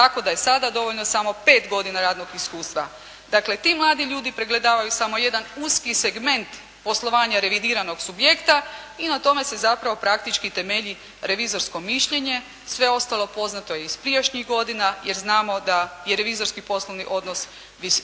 tako da je sada dovoljno samo pet godina radnog iskustva. Dakle ti mladi ljudi pregledavaju samo jedan uski segment poslovanja revidiranog subjekta i na tome se zapravo praktički temelji revizorsko mišljenje, sve ostalo poznato je iz prijašnjih godina, jer znamo da je revizorski poslovni odnos